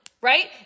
right